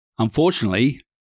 Unfortunately